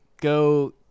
go